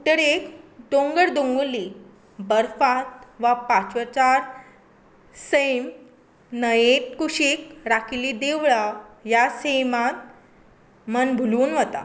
उत्तरेक दोंगर दोंगुल्लीं बर्फांत वा पांचवोचार सैम न्हंये कुशीक राकिल्ली देवळां ह्या सैमांत मन भुलून वता